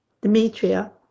Demetria